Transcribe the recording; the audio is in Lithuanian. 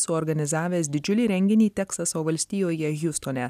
suorganizavęs didžiulį renginį teksaso valstijoje hiustone